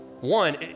one